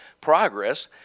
progress